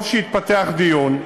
טוב שהתפתח דיון,